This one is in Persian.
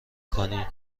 کنی